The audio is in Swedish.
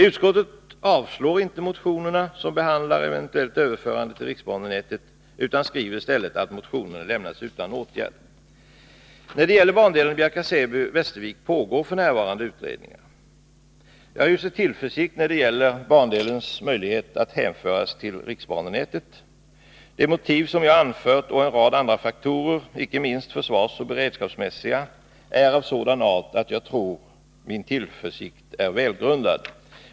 Utskottet avstyrker inte motionerna som behandlar eventuellt överförande till riksbanenätet utan föreslår i stället att motionerna lämnas utan åtgärder. När det gäller bandelen Bjärka/Säby-Västervik pågår f. n. utredningar. Jag hyser tillförsikt när det gäller bandelens möjlighet att hänföras till riksbanenätet. De motiv som jag anfört och en rad andra faktorer — icke minst försvarsoch beredskapsmässiga — är av sådan art att jag tror att min tillförsikt är välgrundad.